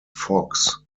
fox